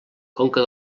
conca